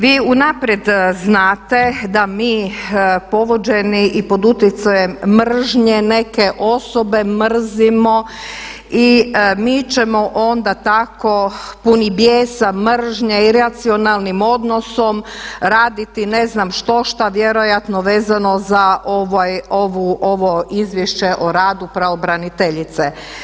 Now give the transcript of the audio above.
Vi unaprijed znate da mi povođeni i pod utjecajem mržnje neke osobe mrzimo i mi ćemo onda tako puni bijesa, mržnje i racionalnim odnosom raditi ne znam što šta vjerojatno vezano za ovo Izvješće o radu pravobraniteljice.